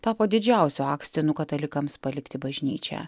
tapo didžiausiu akstinu katalikams palikti bažnyčią